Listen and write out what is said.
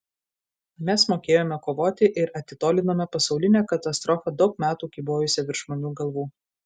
mes mokėjome kovoti ir atitolinome pasaulinę katastrofą daug metų kybojusią virš žmonių galvų